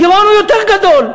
הגירעון הוא יותר גדול.